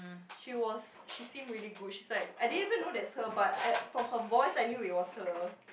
she was she seemed really good she's like I didn't even know that's her but I from her voice I knew it was her